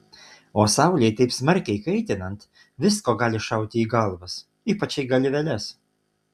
o saulei taip smarkiai kaitinant visko gali šauti į galvas ypač į galveles